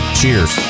Cheers